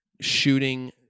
shooting